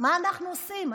מה אנחנו עושים?